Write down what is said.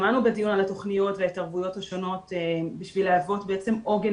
שמענו בדיון על התוכניות וההתערבויות השונות בשביל להוות בעצם עוגן